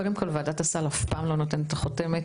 קודם כל ועדת הסל אף פעם לא נותנת את החותמת.